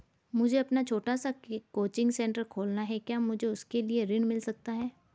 मुझे अपना छोटा सा कोचिंग सेंटर खोलना है क्या मुझे उसके लिए ऋण मिल सकता है?